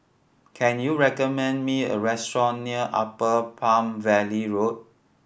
can you recommend me a restaurant near Upper Palm Valley Road